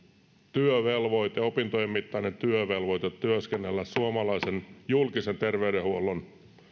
työvelvoite opintojen mittainen työvelvoite työskennellä suomalaisen julkisen terveydenhuollon